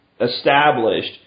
established